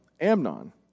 Amnon